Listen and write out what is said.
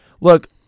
look